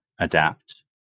adapt